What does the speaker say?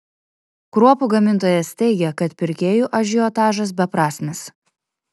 kruopų gamintojas teigia kad pirkėjų ažiotažas beprasmis